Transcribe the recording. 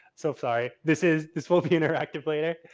so sorry, this is this will be interactive later,